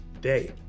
day